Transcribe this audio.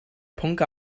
pwnc